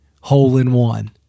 hole-in-one